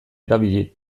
erabili